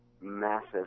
Massive